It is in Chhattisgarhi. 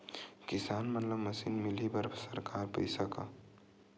किसान मन ला मशीन मिलही बर सरकार पईसा का?